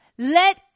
Let